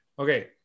Okay